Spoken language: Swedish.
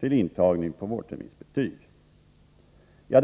till intagning på vårterminsbetyget.